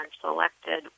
selected